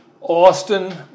Austin